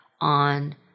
on